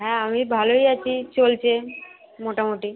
হ্যাঁ আমি ভালোই আছি চলছে মোটামুটি